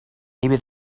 maybe